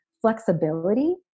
flexibility